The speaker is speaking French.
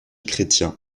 chrétien